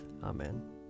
Amen